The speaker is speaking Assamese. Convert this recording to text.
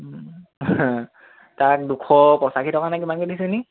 তাক দুশ পঁচাশী টকানে কিমানকৈ দিছেনি